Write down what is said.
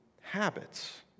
habits